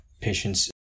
patients